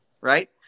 Right